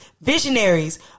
visionaries